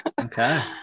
okay